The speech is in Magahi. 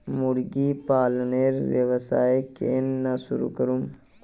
मुर्गी पालनेर व्यवसाय केन न शुरु करमु